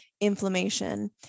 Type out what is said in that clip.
inflammation